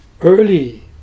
early